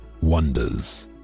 wonders